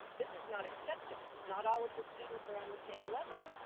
this is not acceptable, not all of the students are on the same level.